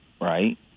right